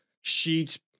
sheets